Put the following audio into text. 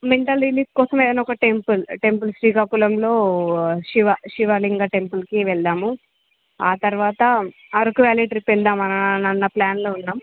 mental relief కోసం ఏదైనా ఒక టెంపుల్ శ్రీకాకుళంలో శివ శివలింగ టెంపుల్కి వెళ్దాము ఆ తరువాత అరకు వ్యాలీ ట్రిప్ వెళదాము అన్న ప్లాన్లో ఉన్నాము